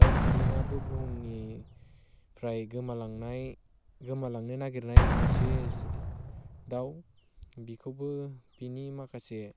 दाउ थ्रिलिंआबो बुहुमनिफ्राय गोमालांनाय गोमालांनो नागिरनाय मासे दाउ बेखौबो बिनि माखासे